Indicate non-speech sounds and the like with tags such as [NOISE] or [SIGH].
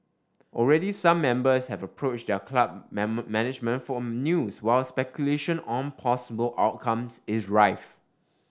already some members have approached their club [UNINTELLIGIBLE] management for news while speculation on possible outcomes is rife